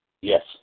Yes